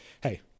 Hey